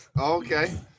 Okay